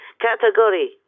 category